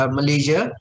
Malaysia